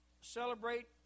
celebrate